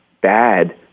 bad